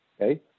Okay